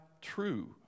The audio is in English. true